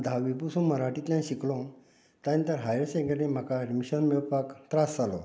धावी पसून मराठींतल्यान शिकलो त्याज्या नंतर हायर सेकेंडरीन म्हाका एडमीशन मेळपाक त्रास जालो